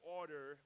order